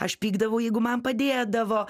aš pykdavau jeigu man padėdavo